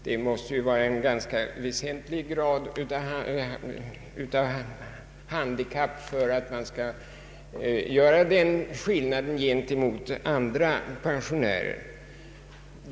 Det måste ju vara en ganska väsentlig grad av handikapp för att man skall göra den skillnaden gentemot andra pensionärer.